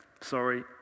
Sorry